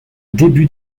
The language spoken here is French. début